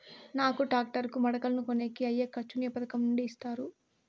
నాకు టాక్టర్ కు మడకలను కొనేకి అయ్యే ఖర్చు ను ఏ పథకం నుండి ఇస్తారు?